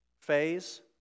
phase